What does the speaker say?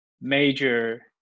major